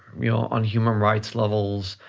on human rights levels,